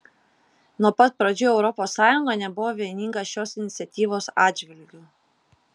nuo pat pradžių europos sąjunga nebuvo vieninga šios iniciatyvos atžvilgiu